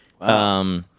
Wow